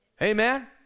Amen